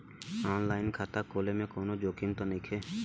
आन line खाता खोले में कौनो जोखिम त नइखे?